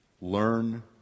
learn